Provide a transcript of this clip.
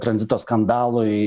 tranzito skandalui